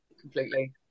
completely